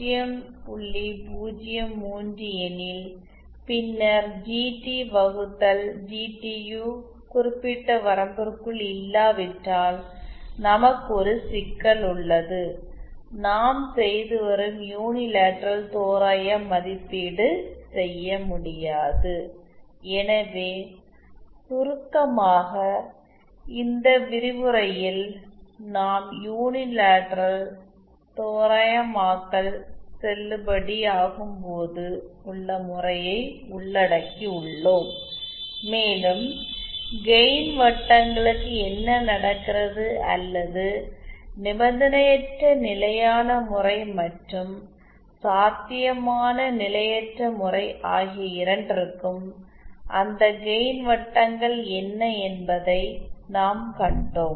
03 எனில் பின்னர் ஜிடி வகுத்தல் ஜிடியு குறிப்பிட்ட வரம்பிற்குள் இல்லாவிட்டால் நமக்கு ஒரு சிக்கல் உள்ளது நாம் செய்து வரும் யூனிலேட்ரல் தோராய மதிப்பீட்டை செய்ய முடியாது எனவே சுருக்கமாக இந்த விரிவுரையில் நாம் யூனிலேட்ரல் தோராயமாக்கல் செல்லுபடியாகும் போது உள்ள முறையை உள்ளடக்கியுள்ளோம் மேலும் கெயின் வட்டங்களுக்கு என்ன நடக்கிறது அல்லது நிபந்தனையற்ற நிலையான முறை மற்றும் சாத்தியமான நிலையற்ற முறை ஆகிய இரண்டிற்கும் அந்த கெயின் வட்டங்கள் என்ன என்பதை நாம் கண்டோம்